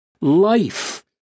life